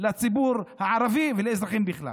לציבור הערבי ולאזרחים בכלל.